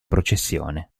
processione